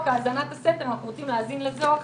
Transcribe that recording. האזנת הסתר אנחנו רוצים להאזין לזה או אחר,